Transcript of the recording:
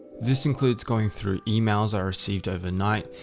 this includes going through emails i received overnight,